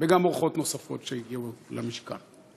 ואורחות נוספות שהגיעו למשכן הכנסת.